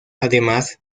además